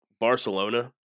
Barcelona